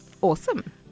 Awesome